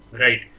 Right